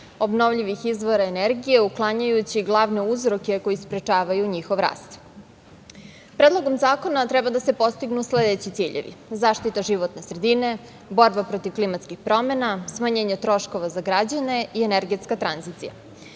obnovljivih izvora energije, uklanjajući glavne uzroke koji sprečavaju njihov rast. Predlogom zakona treba da se postignu sledeći ciljevi: zaštita životne sredine, borba protiv klimatskih promena, smanjenje troškova za građane i energetska tranzicija. Cilj